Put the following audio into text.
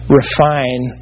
refine